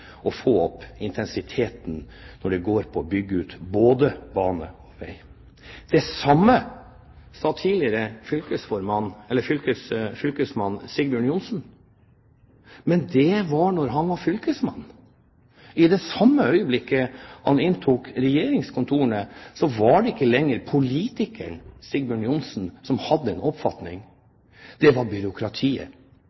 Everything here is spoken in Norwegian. opp intensiteten når det gjelder å bygge ut både bane og vei. Det samme sa tidligere fylkesmann Sigbjørn Johnsen, men det var da han var fylkesmann. I det samme øyeblikket han inntok regjeringskontorene, så var det ikke lenger politikeren Sigbjørn Johnsen som hadde en oppfatning,